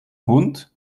hund